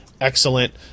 excellent